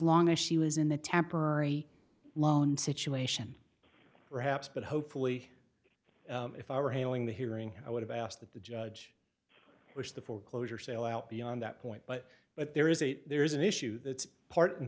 long as she was in the temporary loan situation perhaps but hopefully if i were handling the hearing i would have asked the judge which the foreclosure sale out beyond that point but but there is a there is an issue that's part and